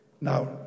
Now